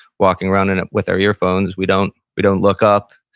walking around and with our earphones, we don't we don't look up,